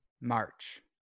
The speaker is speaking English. March